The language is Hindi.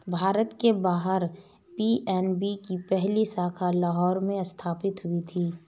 भारत के बाहर पी.एन.बी की पहली शाखा लाहौर में स्थापित हुई थी